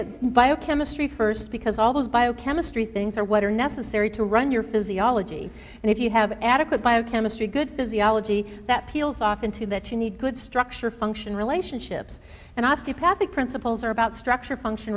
at biochemistry first because all those biochemistry things are what are necessary to run your physiology and if you have adequate biochemistry good physiology that peels off into that you need good structure function relationships and osteopathic principles are about structure function